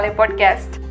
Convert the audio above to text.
podcast